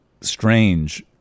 strange